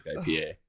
IPA